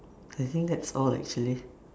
I think that's all actually